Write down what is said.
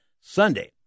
Sunday